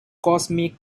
cosmic